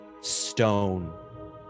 stone